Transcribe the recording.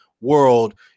world